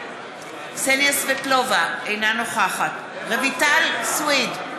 אינה נוכחת רויטל סויד,